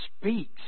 speaks